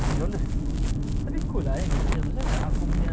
oh okay oh kau Google juga